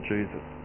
Jesus